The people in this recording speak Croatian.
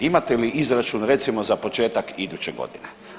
Imate li izračun, recimo, za početak iduće godine?